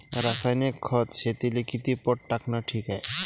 रासायनिक खत शेतीले किती पट टाकनं ठीक हाये?